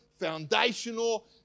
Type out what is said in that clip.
foundational